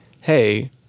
hey